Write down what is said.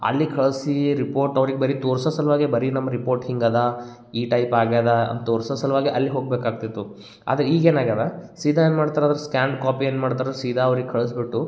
ಅಲ್ಲಿ ಕಳಿಸಿ ರಿಪೋರ್ಟ್ ಅವ್ರಿಗೆ ಬರಿ ತೋರಿಸೋ ಸಲುವಾಗಿ ಬರಿ ನಮ್ಮ ರಿಪೋರ್ಟ್ ಹಿಂಗದೆ ಈ ಟೈಪ್ ಆಗ್ಯದೆ ಅಂತ ತೋರಿಸೋ ಸಲುವಾಗಿ ಅಲ್ಲಿ ಹೋಗಬೇಕಾಗ್ತಿತ್ತು ಆದರೆ ಈಗೇನು ಆಗ್ಯದ ಸೀದಾ ಏನ್ಮಾಡ್ತಾರೆ ಅದರ ಸ್ಕ್ಯಾನ್ ಕಾಪಿ ಏನ್ಮಾಡ್ತಾರೆ ಸೀದಾ ಅವ್ರಿಗೆ ಕಳಿಸ್ಬಿಟ್ಟು